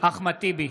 אחמד טיבי,